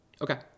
Okay